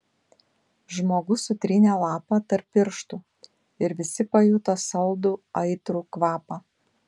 žmogus sutrynė lapą tarp pirštų ir visi pajuto saldų aitrų kvapą